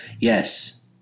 Yes